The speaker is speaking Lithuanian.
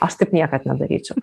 aš taip niekad nedaryčiau